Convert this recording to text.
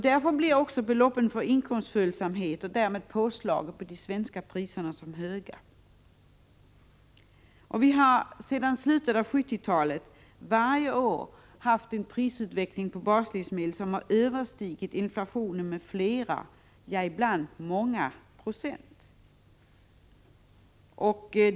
Därmed blir också beloppen för inkomstföljsamhet och därigenom påslagen på de svenska priserna höga. Vi har sedan slutet av 1970-talet under varje år haft en prisutveckling på baslivsmedel som har överstigit inflationen med flera — ja, ibland många — procent.